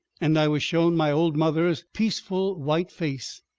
and i was shown my old mother's peaceful white face,